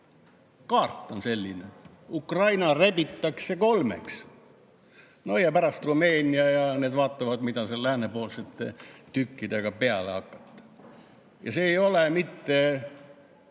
Kaart on selline. Ukraina rebitakse kolmeks. No ja pärast Rumeenia ja teised vaatavad, mis läänepoolsete tükkidega peale hakata. Ja see ei ole mitte